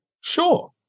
sure